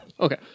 Okay